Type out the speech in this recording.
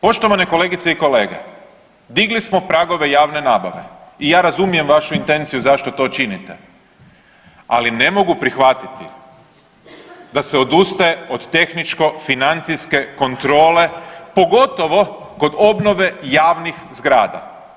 Poštovane kolegice i kolege, digli smo pragove javne nabave i ja razumijem vašu intenciju zašto to činite, ali ne mogu prihvatiti da se odustaje od tehničko financijske kontrole, pogotovo kod obnove javnih zgrada.